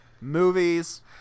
movies